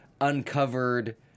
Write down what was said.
uncovered